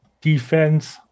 defense